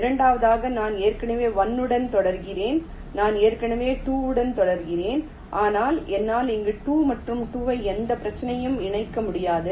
இரண்டாவதாக நான் ஏற்கனவே 1 உடன் தொடர்கிறேன் நான் ஏற்கனவே 2 உடன் தொடர்கிறேன் ஆனால் என்னால் இங்கு 2 மற்றும் 2 ஐ எந்த பிரச்சனையும் இணைக்க முடியாது